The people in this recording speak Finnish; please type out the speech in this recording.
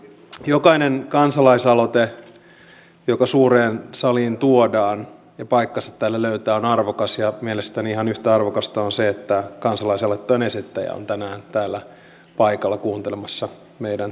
jokainen kansalaisaloite joka suureen saliin tuodaan ja paikkansa täällä löytää on arvokas ja mielestäni ihan yhtä arvokasta on se että kansalaisaloitteen esittäjä on tänään täällä paikalla kuuntelemassa meidän keskusteluamme